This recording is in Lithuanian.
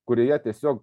kurioje tiesiog